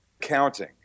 counting